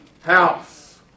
house